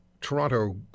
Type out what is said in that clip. Toronto